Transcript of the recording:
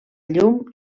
llum